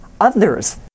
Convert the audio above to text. others